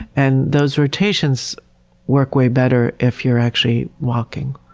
and those rotations work way better if you're actually walking,